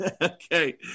okay